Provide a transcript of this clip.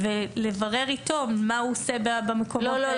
ולברר איתו מה הוא עושה במקום הזה.